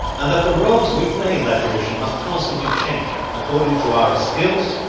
and that the roles we play in that division must constantly change according to our skills,